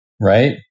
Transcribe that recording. right